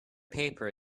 paper